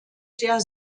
der